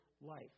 life